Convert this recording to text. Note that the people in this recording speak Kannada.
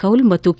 ಕೌಲ್ ಮತ್ತು ಕೆ